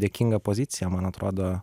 dėkinga pozicija man atrodo